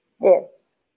Yes